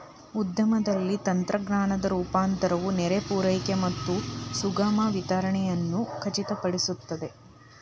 ಉದ್ಯಮದಲ್ಲಿನ ತಂತ್ರಜ್ಞಾನದ ರೂಪಾಂತರವು ನೇರ ಪೂರೈಕೆ ಮತ್ತು ಸುಗಮ ವಿತರಣೆಯನ್ನು ಖಚಿತಪಡಿಸುತ್ತದೆ